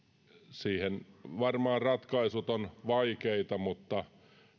siihen varmaan ratkaisut ovat vaikeita mutta